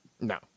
No